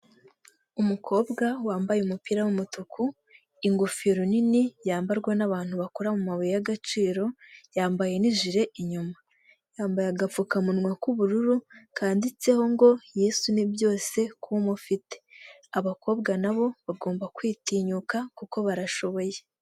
Umukobwa wambaye umupira w'umutuku, ingofero nini yambarwa n'abantu bakora mu mabuye y'agaciro, yambaye n'ijire inyuma, yambaye agapfukamunwa k'ubururu kanditseho ngo Yesu ni byose ku mufite, abakobwa nabo bagomba kwitinyuka kuko barashoboye.